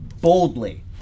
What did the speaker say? boldly